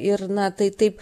ir na tai taip